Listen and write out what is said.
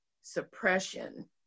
suppression